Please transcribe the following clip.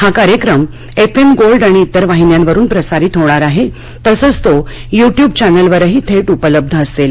हा कार्यक्रम F M gold आणि इतर वाहिन्यांवरुन प्रसारित होणार आहे तसंच तो युट्युब चॅनलवरही थेट उपलब्ध असेल